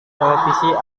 televisi